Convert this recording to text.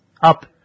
Up